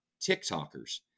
TikTokers